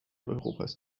europas